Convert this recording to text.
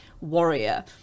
warrior